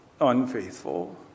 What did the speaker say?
unfaithful